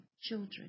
children